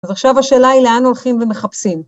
אז עכשיו השאלה היא לאן הולכים ומחפשים?